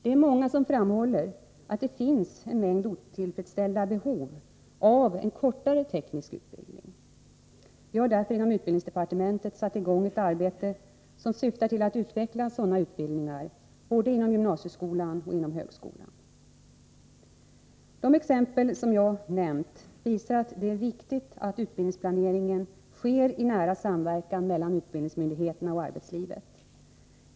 Det är många som framhåller att det finns en mängd otillfredsställda behov av en kortare teknisk utbildning. Vi har därför inom utbildningsdepartementet satt i gång ett arbete som syftar till att utveckla sådana utbildningar, både inom gymnasieskolan och inom högskolan. De exempel som jag nämnt visar att det är viktigt att utbildningsplaneringen sker i nära samverkan mellan utbildningsmyndigheterna och arbetslivet.